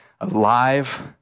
alive